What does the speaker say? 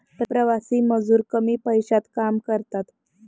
प्रवासी मजूर कमी पैशात काम करतात